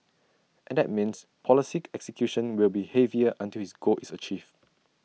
and that means policy execution will be heavier until his goal is achieved